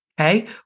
Okay